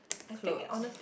clothes